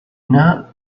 not